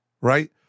right